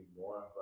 more